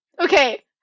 Okay